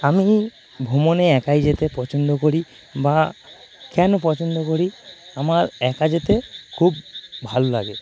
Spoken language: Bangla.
আমি ভ্রমণে একাই যেতে পছন্দ করি বা কেন পছন্দ করি আমার একা যেতে খুব ভালো লাগে